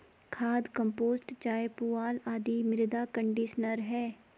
खाद, कंपोस्ट चाय, पुआल आदि मृदा कंडीशनर है